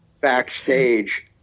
backstage